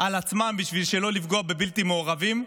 על עצמם בשביל שלא לפגוע בבלתי מעורבים,